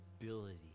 ability